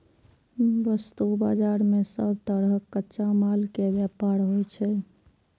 वस्तु बाजार मे सब तरहक कच्चा माल के व्यापार होइ छै